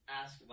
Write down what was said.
ask